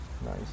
Nice